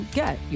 get